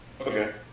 Okay